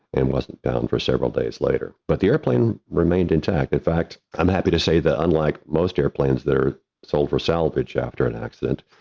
and wasn't bound for several days later, but the airplane remained intact. in fact, i'm happy to say that unlike most airplanes that are sold for salvage after an accident,